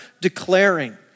declaring